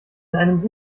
einem